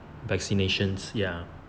vaccinations ya